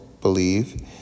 believe